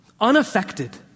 unaffected